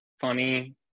funny